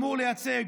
אמור לייצג,